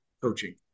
coaching